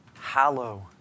hallow